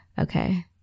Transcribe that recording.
okay